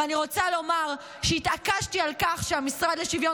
ואני רוצה לומר שהתעקשתי על כך שהמשרד לשוויון